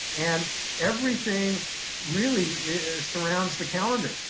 and everything really surrounds the calendar.